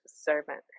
servant